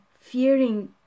fearing